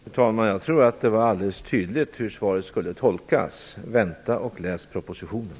Fru talman! Jag trodde att det var alldeles tydligt hur svaret skulle tolkas: Vänta och läs propositionen.